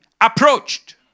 approached